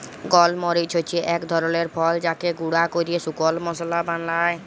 গল মরিচ হচ্যে এক ধরলের ফল যাকে গুঁরা ক্যরে শুকল মশলা বালায়